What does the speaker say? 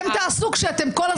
אתם לא תעשו את זה.